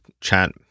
chat